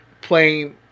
playing